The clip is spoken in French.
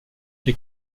les